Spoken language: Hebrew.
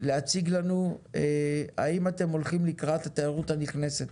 להציג לנו האם אתם הולכים לקראת התיירות הנכנסת?